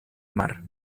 mar